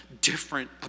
different